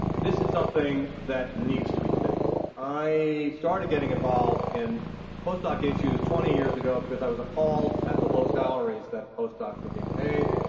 this is something that needs to be fixed. i started getting involved in post-doc issues twenty years ago because i was appalled at the low salaries that post-docs are being paid.